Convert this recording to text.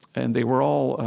and they were all,